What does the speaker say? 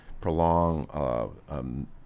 prolong